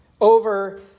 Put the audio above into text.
over